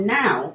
now